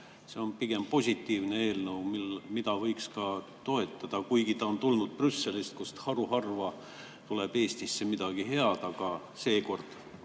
see on pigem positiivne eelnõu, mida võiks ka toetada, kuigi ta on tulnud Brüsselist, kust haruharva tuleb Eestisse midagi head. Aga seekord